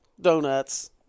donuts